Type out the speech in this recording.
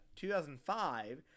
2005